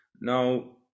Now